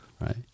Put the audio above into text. right